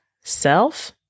self